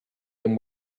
them